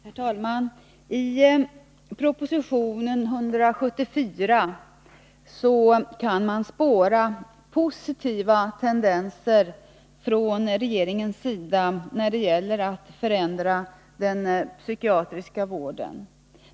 Herr talman! I proposition 174 kan man spåra positiva tendenser från regeringens sida när det gäller att förändra den psykiatriska vården.